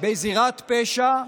בזירת פשע ראיות,